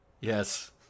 Yes